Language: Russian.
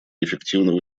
эффективного